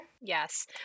Yes